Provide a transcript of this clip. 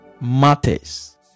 matters